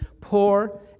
poor